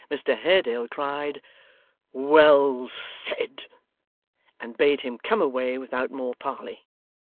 mr haredale cried well said and bade him come away without more parley.